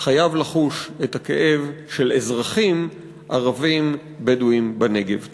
חייב לחוש את הכאב של אזרחים ערבים בדואים בנגב.